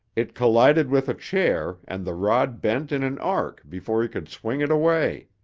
it collided with a chair and the rod bent in an arc before he could swing it away.